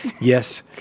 Yes